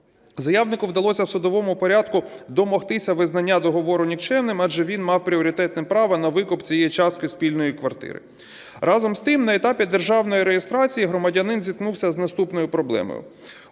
Заявнику вдалося в судовому порядку домогтися визнання договору нікчемним, адже він мав пріоритетне право на викуп цієї частки спільної квартири. Разом з тим, на етапі державної реєстрації громадянин зіткнувся з наступною проблемою.